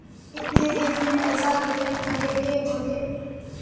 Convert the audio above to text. कितने दिन में पैसा रिटर्न करे के होते?